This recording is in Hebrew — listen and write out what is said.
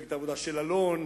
מפלגת העבודה של אלון,